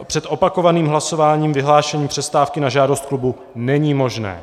před opakovaným hlasováním vyhlášení přestávky na žádost klubu není možné.